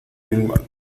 vilma